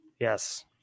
Yes